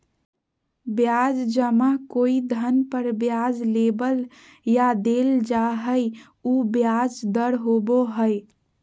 ब्याज जमा कोई धन पर ब्याज लेबल या देल जा हइ उ ब्याज दर होबो हइ